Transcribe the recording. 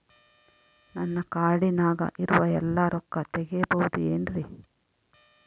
ನನ್ನ ಕಾರ್ಡಿನಾಗ ಇರುವ ಎಲ್ಲಾ ರೊಕ್ಕ ತೆಗೆಯಬಹುದು ಏನ್ರಿ?